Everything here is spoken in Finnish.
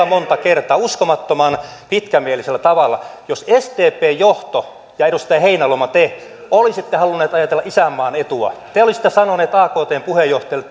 monta kertaa uskomattoman pitkämielisellä tavalla jos sdpn johto ja edustaja heinäluoma te olisitte halunneet ajatella isänmaan etua te olisitte sanoneet aktn puheenjohtajalle